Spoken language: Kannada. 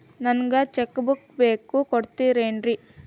ನಂಗ ಚೆಕ್ ಬುಕ್ ಬೇಕು ಕೊಡ್ತಿರೇನ್ರಿ?